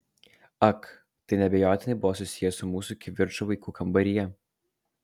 ak tai neabejotinai buvo susiję su mūsų kivirču vaikų kambaryje